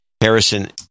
Harrison